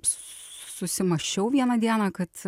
susimąsčiau vieną dieną kad